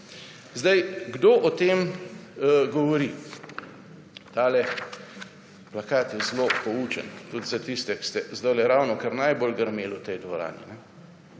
no! Kdo o tem govori? Ta plakat je zelo poučen tudi za tiste, ki ste zdajle ravnokar najbolj grmeli v tej dvorani.